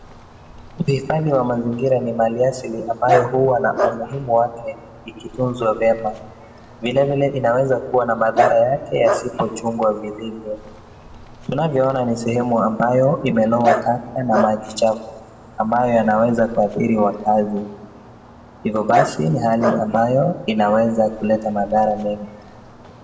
Uhifadhi wa mazingira ni mali asili ambayo huwa na umuhimu wake ikitunzwa vyema. Vile vile inaweza kuwa na madhara yake isipochungwa vilivyo. Tunavyoona ni sehemu ambayo imeloa taka na maji chafu ambayo yanaweza kuathiri wakazi. Hivyo basi ni hali ambayo inaweza kuleta madhara mengi.